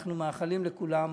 אנחנו מאחלים לכולם